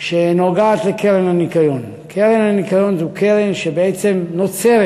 שמגיעה למליאת הכנסת